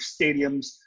stadiums